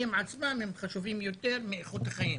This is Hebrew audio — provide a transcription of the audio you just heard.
הם חשובים יותר מאיכות החיים.